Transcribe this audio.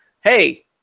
Hey